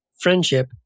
friendship